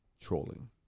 trolling